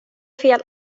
fel